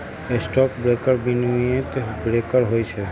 stock broker विनियमित broker होइ छइ